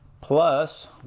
plus